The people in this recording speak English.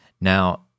Now